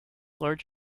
large